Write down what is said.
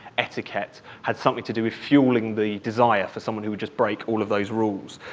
etiquette, had something to do with fueling the desire for someone who would just break all of those rules.